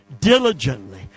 diligently